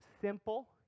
Simple